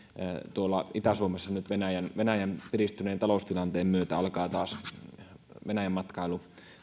itä suomessa nyt venäjän nyt venäjän piristyneen taloustilanteen myötä alkaa taas venäjäläisten matkailu